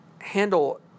handle